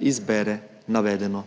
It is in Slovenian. izbere navedeno